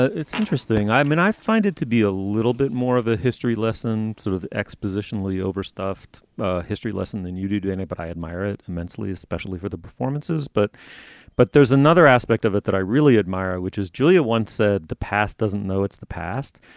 it's interesting. i mean, i find it to be a little bit more of a history lesson sort of exposition. lee overstuffed history lesson than you do to and anybody. but i admire it immensely, especially for the performances. but but there's another aspect of it that i really admire, which is julia once said the past doesn't know it's the past,